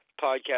podcast